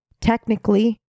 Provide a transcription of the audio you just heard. Technically